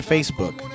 Facebook